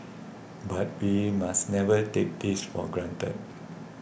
but be must never take this for granted